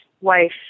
wife